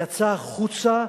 יצא החוצה,